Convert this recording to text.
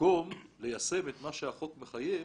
במקום ליישם את מה שהחוק מחייב,